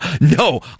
No